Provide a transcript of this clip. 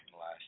last